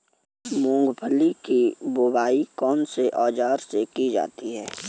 मूंगफली की बुआई कौनसे औज़ार से की जाती है?